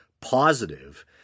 positive